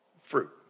Fruit